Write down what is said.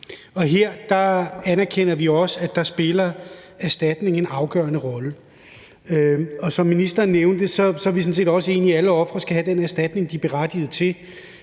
her anerkender vi også, at erstatning spiller en afgørende rolle. Ligesom ministeren er vi sådan set også enige i, at alle ofre skal have den erstatning, de er berettiget til.